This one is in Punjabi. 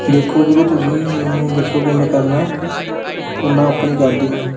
ਦੇਖੋ ਵੀਰੇ ਤੁਸੀਂ ਮੈਨੂੰ ਦੱਸੋ ਕਿਵੇਂ ਕਰਨਾ ਏ ਅਤੇ ਮੈਂ ਓਕਣਾ ਹੀ ਕਰ ਦੂੰਗਾ